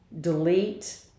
delete